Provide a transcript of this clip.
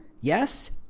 Yes